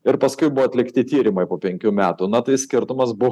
ir paskui buvo atlikti tyrimai po penkių metų na tai skirtumas buvo